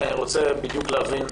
אני רוצה להבין,